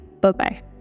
Bye-bye